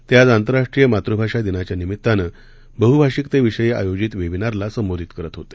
ते आज आंतरराष्ट्रीय मातृभाषा दिनाच्या निमित्ताने बहुभाषिकतेविषयी आयोजित वेबिनारला संबोधित करत होते